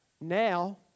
Now